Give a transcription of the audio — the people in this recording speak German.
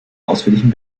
ausführlichen